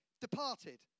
departed